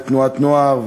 בתנועת נוער,